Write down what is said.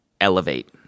elevate